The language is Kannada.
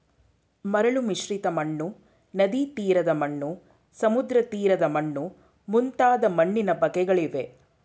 ಮರಳು ಮಿಶ್ರಿತ ಮಣ್ಣು, ನದಿತೀರದ ಮಣ್ಣು, ಸಮುದ್ರತೀರದ ಮಣ್ಣು ಮುಂತಾದ ಮಣ್ಣಿನ ಬಗೆಗಳಿವೆ